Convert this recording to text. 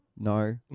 No